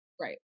Right